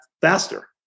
faster